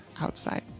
outside